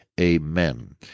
Amen